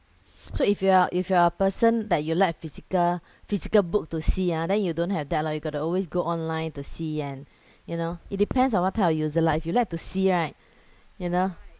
so if you are if you are person that you like physical physical book to see ah then you don't have that lor you got to always go online to see and you know it depends on what type of user lah if you like to see right you know